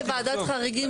אז אולי אנחנו צריכים גם,